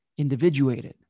individuated